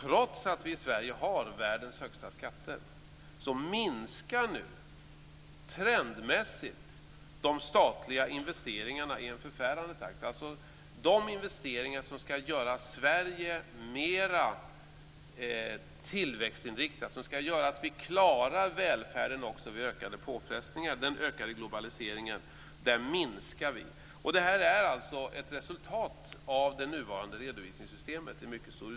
Trots att vi i Sverige har världens högsta skatter minskar nu, trendmässigt, de statliga investeringarna i en förfärande takt, alltså de investeringar som ska göra Sverige mera tillväxtinriktat och som ska göra att vi klarar välfärden också vid ökade påfrestningar och vid den ökade globaliseringen. Detta är alltså i mycket stor utsträckning ett resultat av det nuvarande redovisningssystemet. Herr talman!